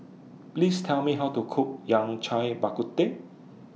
Please Tell Me How to Cook Yao Cai Bak Kut Teh